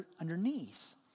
underneath